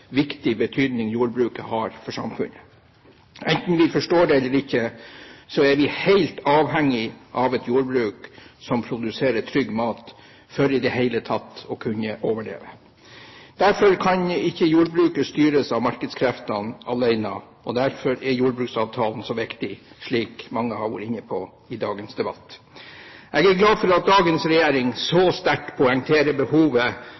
viktig betydning jordbruket har for samfunnet. Enten vi forstår det eller ikke, er vi helt avhengige av et jordbruk som produserer trygg mat, for i det hele tatt å kunne overleve. Derfor kan ikke jordbruket styres av markedskreftene alene. Og derfor er jordbruksavtalen så viktig, slik mange har vært inne på i dagens debatt. Jeg er glad for at dagens regjering så sterkt poengterer behovet